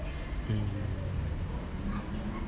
um